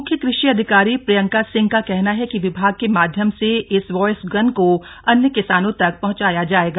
मुख्य कृषि अधिकारी प्रियंका सिंह का कहना है कि विभाग के माध्यम से इस वॉयस गन को अन्य किसानों तक पहंचाया जाएगा